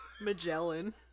Magellan